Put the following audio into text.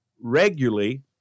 regularly